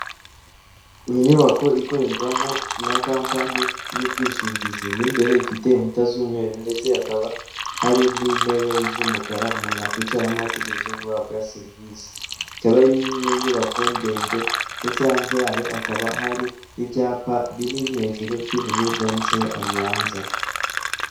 Inyubako ikorerwamo na kampani y'ubwishingizi mo imbere ifite inkuta z'umweru ndetse hakaba hari n'intebe z'umukara umuntu yakwicaramo ategereje guhabwa serivisi, ikaba ari mu nyubako ndende ndetse hanze yayo hakaba hari ibyapa binini hejuru by'ubururu byanditseho aliyanza.